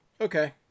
Okay